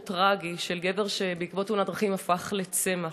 טרגי של גבר שבעקבות תאונת דרכים הפך לצמח.